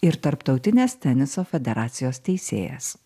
ir tarptautinės teniso federacijos teisėjas